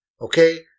Okay